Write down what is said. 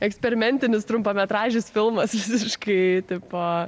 eksperimentinis trumpametražis filmas visiškai tipo